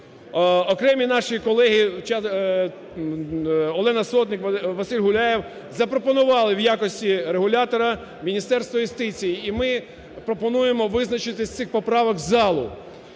Окремі наші колеги, Олена Сотник, Василь Гуляєв, запропонували в якості регулятора Міністерство юстиції. І ми пропонуємо визначити з цих поправок залу.